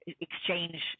exchange